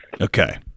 Okay